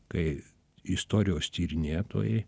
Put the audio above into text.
kai istorijos tyrinėtojai